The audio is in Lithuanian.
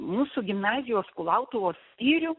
mūsų gimnazijos kulautuvos skyrių